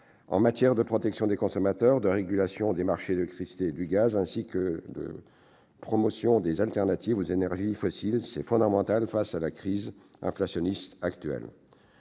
en matière de protection des consommateurs et de régulation des marchés de l'électricité et du gaz, ainsi que de promotion des solutions de remplacement aux énergies fossiles. C'est fondamental face à la crise inflationniste actuelle.